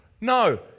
No